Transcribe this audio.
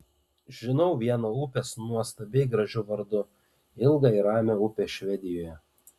žinau vieną upę su nuostabiai gražiu vardu ilgą ir ramią upę švedijoje